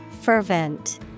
fervent